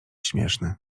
śmieszny